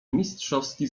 mistrzowski